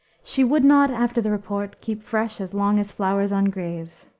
she would not after the report keep fresh as long as flowers on graves.